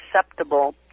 acceptable